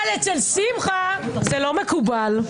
אבל אצל שמחה זה לא מקובל,